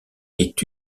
est